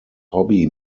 hobby